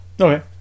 Okay